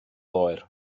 oer